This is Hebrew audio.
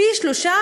פי-שלושה,